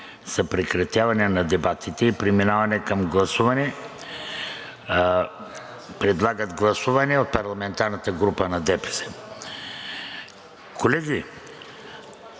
прекратяване на дебатите и преминаване към гласуване. Предлагат гласуване от парламентарната група на ДПС. (Шум и